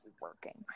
working